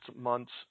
month's